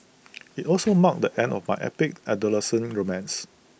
IT also marked the end of my epic adolescent romance